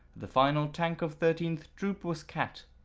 the final tank of thirteenth troop was cat.